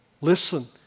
Listen